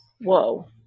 whoa